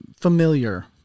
familiar